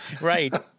Right